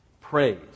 Praise